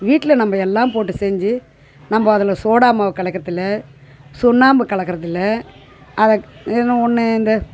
வீட்டில் நம்ம எல்லாம் போட்டு செஞ்சு நம்ம அதில் சோடா மாவு கலக்கறதில்லை சுண்ணாம்பு கலக்கறதில்லை அதை இன்னும் ஒன்று இந்த